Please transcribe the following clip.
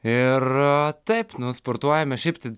ir taip nu sportuojame šiaip tai